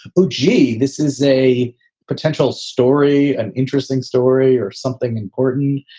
oh, gee, this is a potential story. an interesting story or something important.